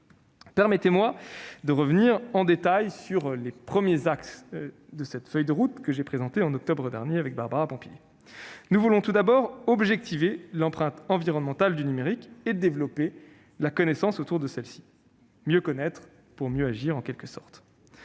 Permettez-moi de revenir en détail sur les premiers axes de cette feuille de route que nous avons lancée en octobre dernier. Nous voulons tout d'abord objectiver l'empreinte environnementale du numérique et développer la connaissance que nous avons de ce sujet : mieux connaître pour mieux agir, en quelque sorte.